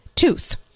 tooth